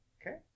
Okay